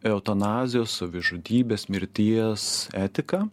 eutanazijos savižudybės mirties etiką